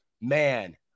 man